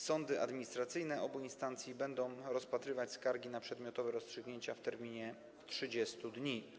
Sądy administracyjne obu instancji będą rozpatrywać skargi na przedmiotowe rozstrzygnięcia w terminie 30 dni.